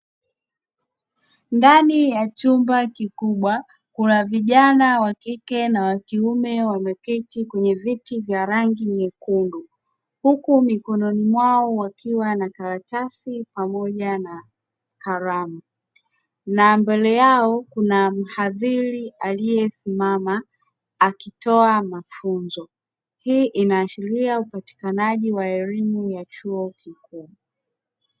Ndani ya chumba kikubwa kuna vijana wa kike na kiume wameketi kwenye viti vya rangi nyekundu, huku mikononi mwao wakiwa na karatasi pamoja na kalamu na mbele yao kuna mhadhiri aliyesimama akitoa mafunzo. Hii inaashiria upatikanaji wa elimu ya chuo kikuu.